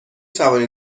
توانید